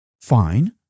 Fine